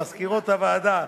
למזכירות הוועדה,